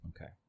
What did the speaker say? Okay